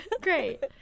great